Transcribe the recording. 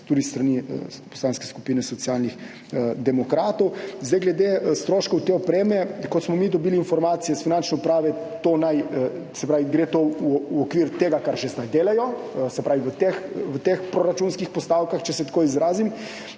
tudi s strani Poslanske skupine Socialnih demokratov. Glede stroškov te opreme. Kot smo mi dobili informacije iz Finančne uprave, gre to v okvir tega, kar že zdaj delajo, se pravi v teh proračunskih postavkah, če se tako izrazim,